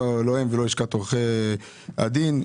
לא הם ולא לשכת עורכי הדין.